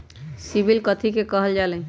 CIBIL कथि के काहल जा लई?